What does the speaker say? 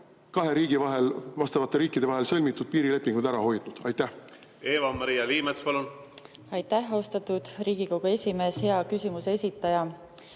kahe riigi vahel, vastavate riikide vahel sõlmitud piirilepingud ära hoidnud. Eva-Maria Liimets, palun! Eva-Maria Liimets, palun! Aitäh, austatud Riigikogu esimees! Hea küsimuse esitaja!